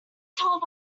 told